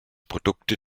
produkte